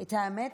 האמת,